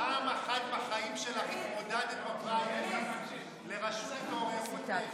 פעם אחת בחיים שלך התמודדת בפריימריז לראשות התעוררות והפסדת.